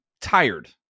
tired